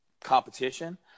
competition